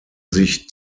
sich